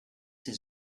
his